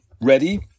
ready